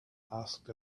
asked